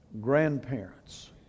grandparents